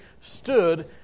stood